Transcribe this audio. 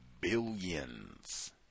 billions